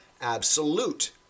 absolute